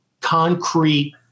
concrete